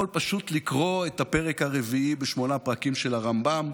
פשוט לקרוא את הפרק הרביעי בשמונה פרקים של הרמב"ם,